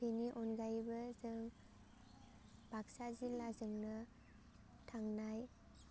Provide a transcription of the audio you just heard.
बेनि अनगायैबो जों बाक्सा जिल्लाजोंनो थांनाय